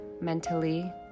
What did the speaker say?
mentally